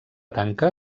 tanca